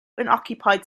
unoccupied